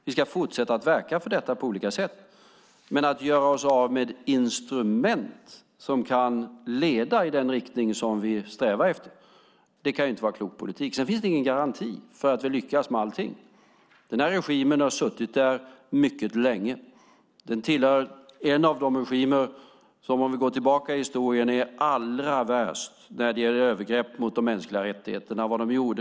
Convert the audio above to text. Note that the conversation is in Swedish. Vi ska fortsätta att verka för detta på olika sätt. Men det kan inte vara klok politik att göra oss av med instrument som kan leda i den riktning som vi strävar efter. Sedan finns det ingen garanti för att vi lyckas med allting. Regimen har suttit där mycket länge. Den tillhör de regimer som om vi går tillbaka i historien är allra värst när det gäller övergrepp mot de mänskliga rättigheterna.